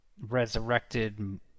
Resurrected